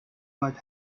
might